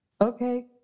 okay